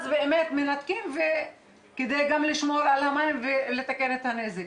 אז באמת מנתקים כדי גם לשמור על המים ולתקן את הנזק,